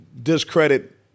discredit